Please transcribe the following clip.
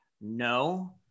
no